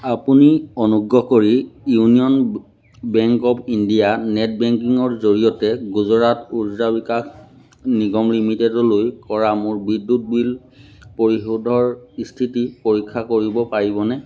আপুনি অনুগ্ৰহ কৰি union bank of India net বেংকিঙৰ জৰিয়তে গুজৰাট উৰ্জা বিকাশ নিগম লিমিটেডলৈ কৰা মোৰ বিদ্যুৎ বিল পৰিশোধৰ স্থিতি পৰীক্ষা কৰিব পাৰিবনে